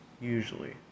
usually